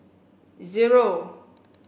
zero